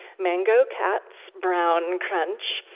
mango cats, brown crunch,